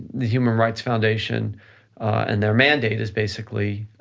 the human rights foundation and their mandate is basically